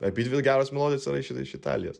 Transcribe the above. abidvi geros melodijos yra iš iš italijos